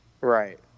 Right